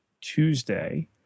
Tuesday